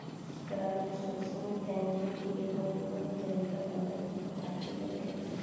crowdsourcing funding के एगो निमन तरीका बनल बा थाती रखेला